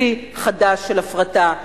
שיא חדש של הפרטה.